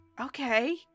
okay